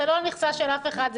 זה לא על מכסה של אף אחד,